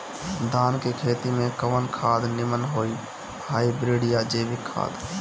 धान के खेती में कवन खाद नीमन होई हाइब्रिड या जैविक खाद?